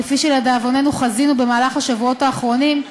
כפי שלדאבוננו חזינו בשבועות האחרונים,